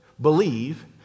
believe